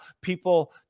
people